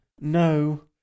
No